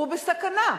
הוא בסכנה,